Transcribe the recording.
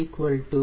063 0